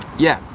yeah,